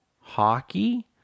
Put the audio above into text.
hockey